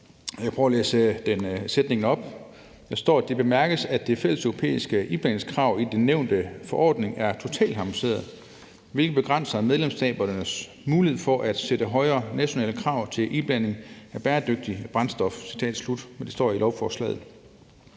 vil prøve at læse sætningen op: »Det bemærkes, at det fælleseuropæiske iblandingskrav i den nævnte forordning er totalharmoniseret, hvilket begrænser medlemsstatens mulighed for at sætte højere nationale krav til iblanding af bæredygtigt brændstof.« Det står i lovforslaget.